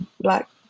Black